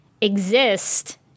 exist